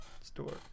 store